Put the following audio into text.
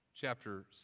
chapter